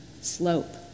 slope